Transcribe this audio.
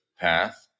path